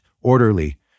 orderly